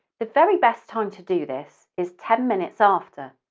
the very best time to do this is ten minutes after,